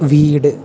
വീട്